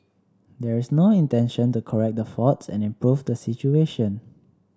there is no intention to correct the faults and improve the situation